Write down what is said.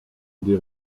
des